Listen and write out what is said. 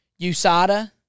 USADA